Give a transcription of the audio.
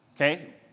Okay